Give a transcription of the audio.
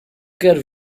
quero